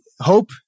hope